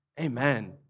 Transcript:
Amen